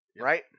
right